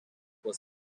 was